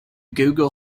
google